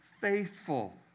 faithful